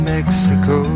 Mexico